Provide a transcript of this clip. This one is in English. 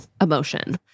emotion